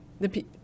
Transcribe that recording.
the-